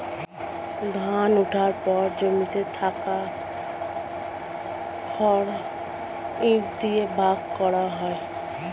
ধান ওঠার পর জমিতে থাকা খড় ইট দিয়ে ভাগ করা হয়